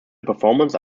performances